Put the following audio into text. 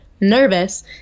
nervous